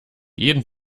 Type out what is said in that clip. jeden